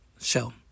Show